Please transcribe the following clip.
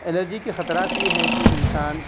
allergy کے خطرات یہ ہیں کہ انسان